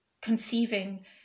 conceiving